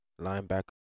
linebacker